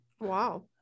Wow